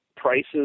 Prices